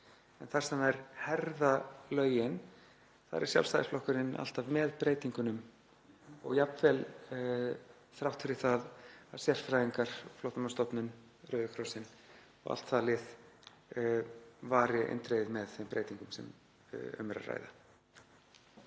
en þar sem þær herða lögin er Sjálfstæðisflokkurinn alltaf með breytingunum og jafnvel þrátt fyrir að sérfræðingar, Flóttamannastofnun, Rauði krossinn og allt það lið vari eindregið við þeim breytingum sem um er að ræða.